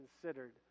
considered